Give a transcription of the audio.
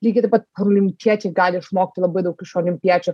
lygiai taip parolimpiečiai gali išmokti labai daug iš olimpiečių